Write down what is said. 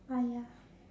ah ya